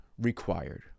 required